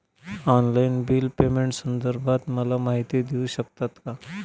Online bill पेमेंटसंदर्भात मला माहिती देऊ शकतात का?